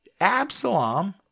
Absalom